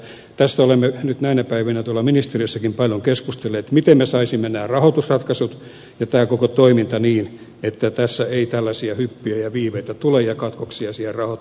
tästä olemme nyt näinä päivinä tuolla ministeriössäkin paljon keskustelleet miten me saisimme nämä rahoitusratkaisut ja koko toiminnan niin että tässä ei tällaisia hyppyjä ja viiveitä tule ja katkoksia siihen rahoitukseen